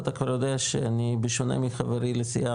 אתה כבר יודע שאני בשונה מחברי לסיעה,